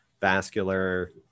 vascular